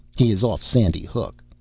he is off sandy hook.